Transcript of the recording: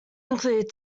included